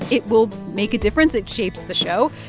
it will make a difference. it shapes the show.